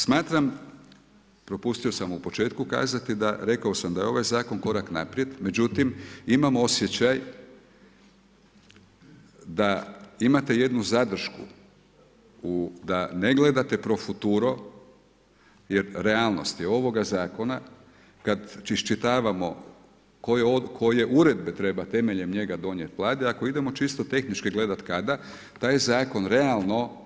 Smatram, propustio sam u početku kazati, rekao sam da je ovaj zakon korak naprijed međutim imam osjećaj da imate jednu zadršku, da ne gledate pro futuro jer realnost je ovoga zakona kad iščitavamo koje uredbe trebate temeljem njega donijeti, valjda ako idemo gledati čisto tehnički gledati kada, taj zakon realno